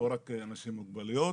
לא רק אנשים עם מוגבלויות.